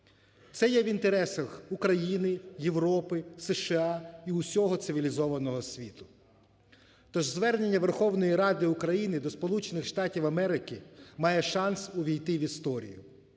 Це є в інтересах України, Європи, США і всього цивілізованого світу. Тож звернення Верховної Ради України до Сполучених Штатів Америки має шанс увійти в історію.